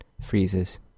freezes